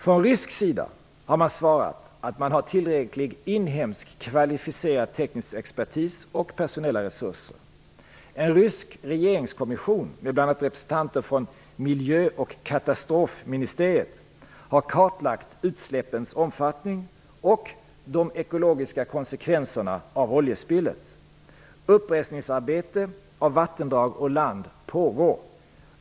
Från rysk sida har man svarat att man har tillräcklig inhemsk kvalificerad teknisk expertis och personella resurser. En rysk regeringskommission med bl.a. representanter från miljö pch katastrofministeriet har kartlagt utsläppens omfattning och de ekologiska konsekvenserna av oljespillet. Upprensningsarbete av vattendrag och land pågår.